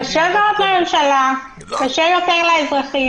קשה מאוד לממשלה, קשה יותר לאזרחים.